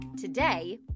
Today